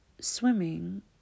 swimming